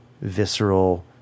visceral